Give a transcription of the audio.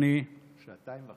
זו לא